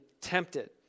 tempted